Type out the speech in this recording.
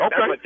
Okay